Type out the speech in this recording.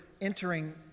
entering